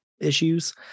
issues